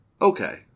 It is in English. Okay